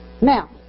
now